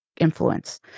influence